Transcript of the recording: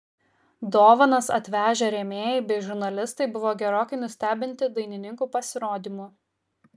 dovanas atvežę rėmėjai bei žurnalistai buvo gerokai nustebinti dainininkų pasirodymu